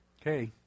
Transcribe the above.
Okay